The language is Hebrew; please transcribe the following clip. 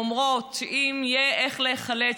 אומרות שאם יהיה איך להיחלץ,